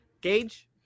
Gage